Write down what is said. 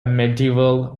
medieval